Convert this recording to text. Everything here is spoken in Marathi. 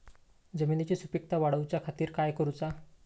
जमिनीची सुपीकता वाढवच्या खातीर काय करूचा?